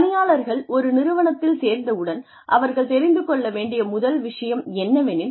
பணியாளர்கள் ஒரு நிறுவனத்தில் சேர்ந்த உடன் அவர்கள் தெரிந்து கொள்ள வேண்டிய முதல் விஷயம் என்னவெனில்